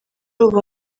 ubu